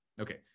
Okay